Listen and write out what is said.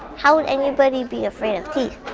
how would anybody be afraid of teeth?